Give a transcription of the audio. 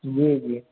जी जी